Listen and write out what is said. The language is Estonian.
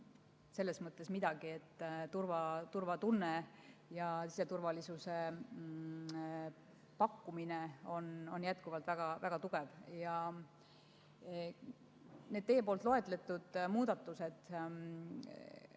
selles mõttes midagi, et turvatunne ja siseturvalisuse pakkumine on jätkuvalt väga tugevad. Need teie loetletud muudatused